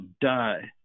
die